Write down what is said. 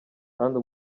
kandi